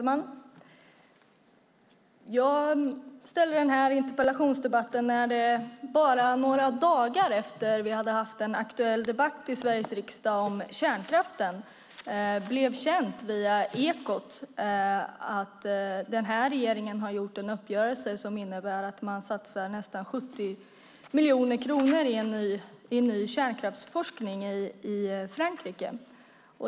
Herr talman! Jag skrev denna interpellation bara några dagar efter att vi hade haft en aktuell debatt i Sveriges riksdag om kärnkraften och efter att det enligt Ekot blev känt att denna regering har gjort en uppgörelse som innebär att man satsar nästan 70 miljoner kronor i ny kärnkraftsforskning i Frankrike.